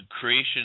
creation